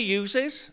uses